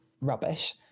rubbish